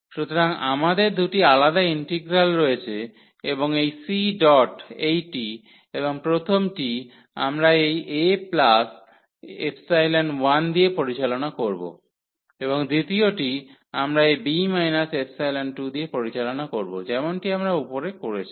সুতরাং আমাদের দুটি আলাদা ইন্টিগ্রাল রয়েছে এবং এই c ডট এইটি এবং প্রথমটি আমরা এই a1 দিয়ে পরিচালনা করব এবং দ্বিতীয়টি আমরা এই b 2 দিয়ে পরিচালনা করব যেমনটি আমরা উপরে করেছি